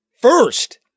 First